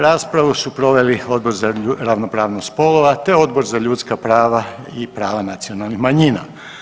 Raspravu su proveli Odbor za ravnopravnost spolova te Odbor za ljudska prava i prava nacionalnih manjina.